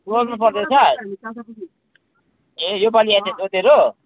टुवेल्भमा पढ्दैछस् ए योपालि एचएस हो तेरो